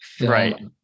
Right